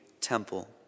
temple